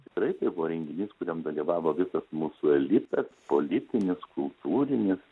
tikrai tai buvo renginys kuriam dalyvavo visas mūsų elitas politinis kultūrinis